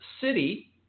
city